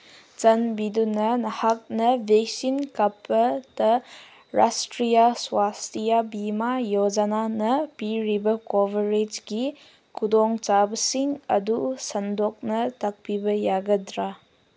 ꯆꯥꯟꯕꯤꯗꯨꯅ ꯅꯍꯥꯛꯅ ꯚꯦꯛꯁꯤꯟ ꯀꯥꯞꯄꯗ ꯔꯥꯁꯇ꯭ꯔꯤꯌꯥ ꯁ꯭ꯋꯥꯁꯇꯤꯌꯥ ꯕꯤꯃꯥ ꯌꯣꯖꯅꯥꯅ ꯄꯤꯔꯤꯕ ꯀꯣꯕꯔꯦꯖꯀꯤ ꯈꯨꯗꯣꯡꯆꯥꯕꯁꯤꯡ ꯑꯗꯨ ꯁꯟꯗꯣꯛꯅ ꯇꯥꯛꯄꯤꯕ ꯌꯥꯒꯗ꯭ꯔꯥ